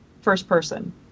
first-person